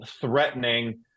threatening